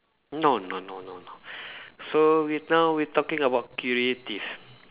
no no no no no so we now we talking about creative